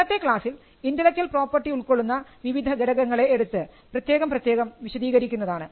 ഇന്നത്തെ ക്ലാസ്സിൽ intellectual property ഉൾക്കൊള്ളുന്ന വിവിധ ഘടകങ്ങളെ ഓരോന്നായി എടുത്ത് പ്രത്യേകം പ്രത്യേകം വിശദീകരിക്കുന്നതാണ്